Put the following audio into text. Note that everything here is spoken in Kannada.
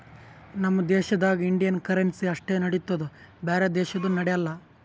ನಮ್ ದೇಶದಾಗ್ ಇಂಡಿಯನ್ ಕರೆನ್ಸಿ ಅಷ್ಟೇ ನಡಿತ್ತುದ್ ಬ್ಯಾರೆ ದೇಶದು ನಡ್ಯಾಲ್